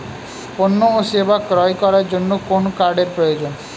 পণ্য ও সেবা ক্রয় করার জন্য কোন কার্ডের প্রয়োজন?